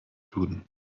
juden